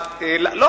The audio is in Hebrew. את הלחשן.